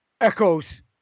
Echoes